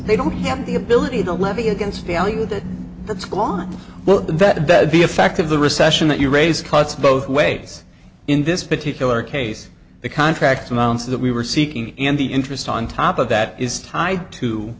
they don't have the ability to levy against value that that's gone well that the bed the effect of the recession that you raise cuts both ways in this particular case the contract amounts that we were seeking and the interest on top of that is tied to